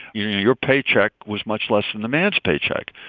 your you know your paycheck was much less than the man's paycheck.